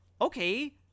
okay